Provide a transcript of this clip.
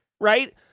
right